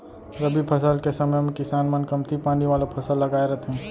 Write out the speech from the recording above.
रबी फसल के समे म किसान मन कमती पानी वाला फसल लगाए रथें